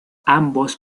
ambos